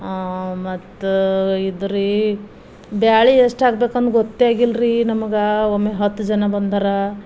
ಮತ್ತ ಇದ್ರೀ ಬ್ಯಾಳಿ ಎಷ್ಟು ಹಾಕ್ಬೇಕಂದು ಗೊತ್ತೇ ಆಗಿಲ್ರೀ ನಮಗೆ ಒಮ್ಮೆ ಹತ್ತು ಜನ ಬಂದರೆ